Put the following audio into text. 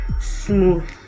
smooth